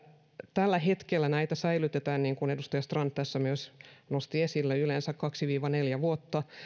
tällä hetkellä näitä säilytetään niin kuin edustaja strand tässä myös nosti esille yleensä kaksi neljä vuotta